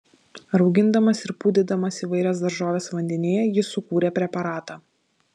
raugindamas ir pūdydamas įvairias daržoves vandenyje jis sukūrė preparatą